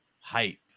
hype